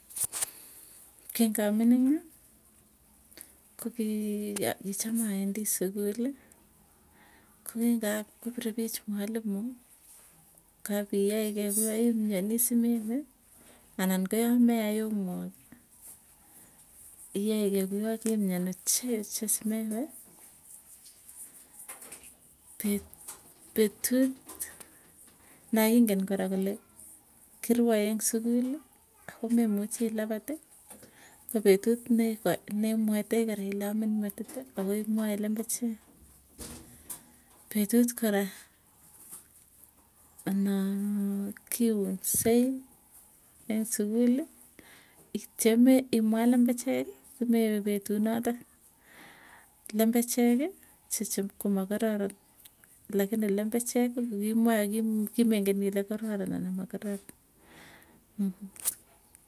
Kingamining kokii kicham awendi sukuli, kokingap kopirepich mwalimu. Kapiyaekei kuyoo imwanii simewe, anan koyoo meyai homework. Iyaekee kuyoo kimwan ochei oche simewee. Pet petut naingen kora kole, kirwae eng sukuli akomemuchi ilapati ko petut ne ka nemwaitai kora ile amin metiti, ako imwae lembechek. Petut kora naa kiunsei en sukuli ityeme imwaa lembecheki simewe petuu notok. Lembecheki che chepkomakararon. Lakini lembechek kokimwae akim kimengen ile kararon ana makararon.